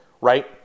right